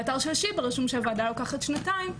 באתר של שיבא רשום שהוועדה לוקחת שנתיים,